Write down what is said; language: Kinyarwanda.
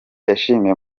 yashimiye